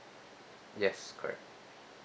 yes correct